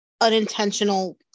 unintentional